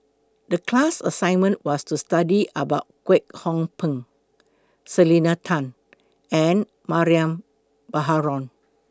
The class assignment was to study about Kwek Hong Png Selena Tan and Mariam Baharom